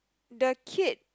the kid